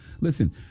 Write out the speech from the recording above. Listen